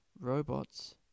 robots